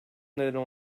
neden